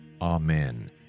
Amen